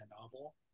novel